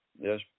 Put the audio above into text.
yes